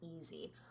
easy